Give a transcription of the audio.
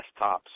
desktops